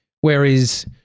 Whereas